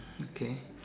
okay